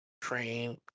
train